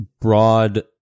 broad